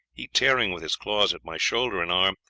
he tearing with his claws at my shoulder and arm,